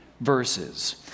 verses